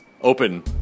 open